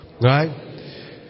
right